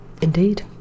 Indeed